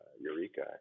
Eureka